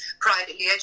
privately